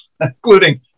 including